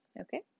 Okay